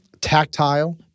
tactile